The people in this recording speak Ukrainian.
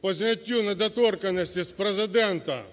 по зняттю недоторканності з Президента,